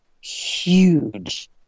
huge